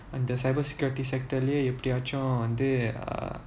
and the cybersecurity sector எப்படியாச்சும் வந்து:eppadiyaachum vanthu